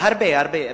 הרבה, הרבה.